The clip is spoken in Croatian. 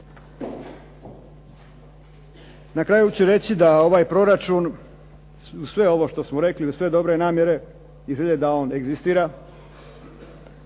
Na kraju ću reći da ovaj proračun uz sve ovo što smo rekli, uz sve dobre namjere i želje da on egzistira,